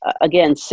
again